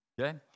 Okay